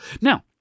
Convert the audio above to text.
Now